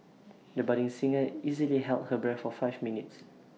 the budding singer easily held her breath for five minutes